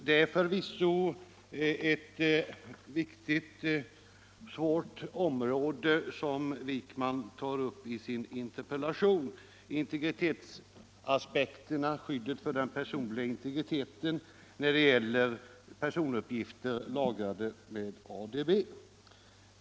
Det är förvisso ett viktigt och svårt område som herr Wijkman tar upp i sin interpellation — integritetsaspekterna, skyddet för den personliga integriteten när det gäller personuppgifter, lagrade med ADB.